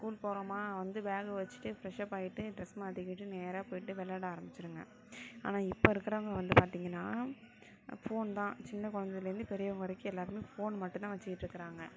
school போகிறோமா வந்து பேக்கை வச்சுட்டு ஃபிரெஷ் அப் ஆகிட்டு டிரெஸ் மாற்றிக்கிட்டு நேராக போய்விட்டு விளாட ஆரமிச்சுடும்ங்க ஆனால் இப்போ இருக்கிறவங்க வந்து பார்த்தீங்கன்னா ஃபோன் தான் சின்ன கொழந்தைலருந்து பெரியவங்க வரைக்கும் எல்லாேருமே ஃபோன் வச்சுக்கிட்டு இருக்கிறாங்க